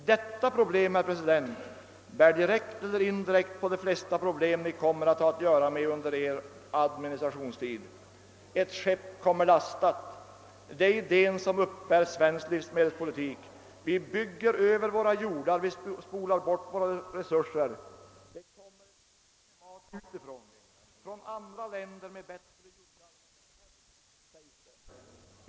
Detta problem, herr president, bär direkt eller indirekt på de flesta problem Ni kommer att ha att göra med under Er administrationstid.» Ett skepp kommer lastat — det är idén som uppbär svensk livsmedelspolitik. Vi bygger över våra jordar, vi spolar bort våra resurser — det kommer skepp med mat utifrån. Från andra länder med bättre jordar, äldre hävd! Så sägs det.